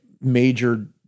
major